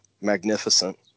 magnificent